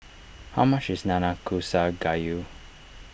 how much is Nanakusa Gayu